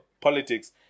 politics